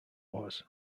wars